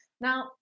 Now